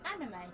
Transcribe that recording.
anime